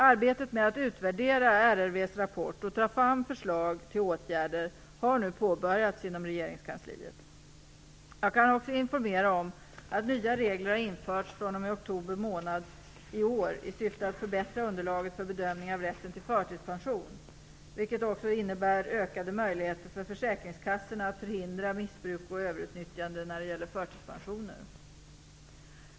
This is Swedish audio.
Arbetet med att utvärdera RRV:s rapport och med att ta fram förslag till åtgärder har nu påbörjats inom regeringskansliet. Jag kan även informera om att nya regler har införts fr.o.m. oktober månad i år i syfte att förbättra underlaget för bedömning av rätten till förtidspension, vilket även innebär ökade möjligheter för försäkringskassorna att förhindra missbruk och överutnyttjande när det gäller förtidspension.